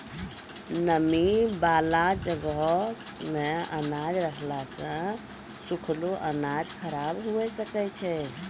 नमी बाला जगहो मे अनाज रखला से सुखलो अनाज खराब हुए सकै छै